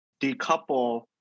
decouple